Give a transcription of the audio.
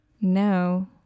No